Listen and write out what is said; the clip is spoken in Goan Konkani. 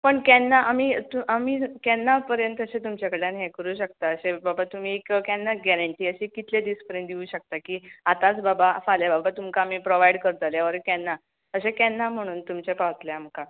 पूण केन्ना आमी तूं आमी केन्ना पर्यंत अशें तुमच्या कडल्यान हें करूंक शकता अशें बाबा तुमी एक केन्ना गॅरंटी अशी कितले दीस पर्यन दिवं शकता की आतांच बाबा फाल्यां बाबा तुमकां आमी प्रॉवायड करतले ऑर केन्ना अशें केन्ना म्हणून तुमचे पावत्ले आमकां